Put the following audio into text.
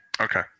okay